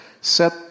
Set